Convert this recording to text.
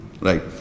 Right